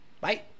Bye